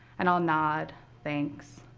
and i'll nod, thanks.